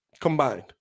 Combined